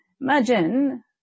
Imagine